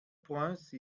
prince